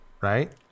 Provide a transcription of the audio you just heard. Right